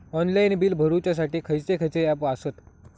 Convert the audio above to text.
Online bill भरुच्यासाठी खयचे खयचे ऍप आसत?